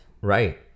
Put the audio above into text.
Right